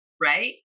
right